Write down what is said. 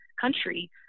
country